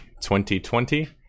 2020